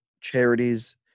charities